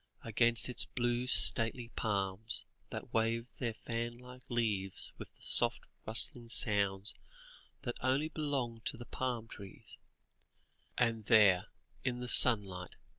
against its blue stately palms that waved their fan-like leaves with the soft rustling sounds that only belong to the palm-trees and there in the sunlight,